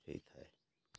ହେଇଥାଏ